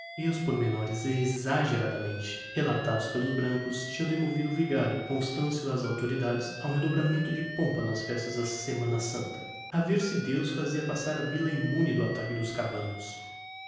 exaggeradamente relatados pelos brancos tinham demovido o vigario constancio e as auctoridades a um redobramento de pompa nas festas da semana santa a ver se deus fazia passar a villa immune do ataque dos cabanos